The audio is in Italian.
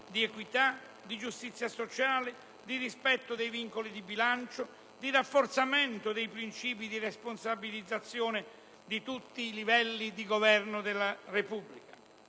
di equità, di giustizia sociale, di rispetto dei vincoli di bilancio, di rafforzamento dei princìpi di responsabilizzazione di tutti i livelli di governo della Repubblica.